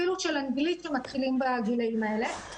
אפילו של אנגלית שמתחילים בגילאים האלה.